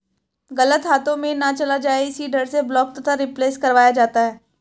गलत हाथों में ना चला जाए इसी डर से ब्लॉक तथा रिप्लेस करवाया जाता है